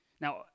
Now